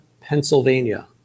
Pennsylvania